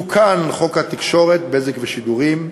תוקן חוק התקשורת (בזק ושידורים),